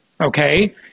okay